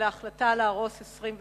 להרוס 22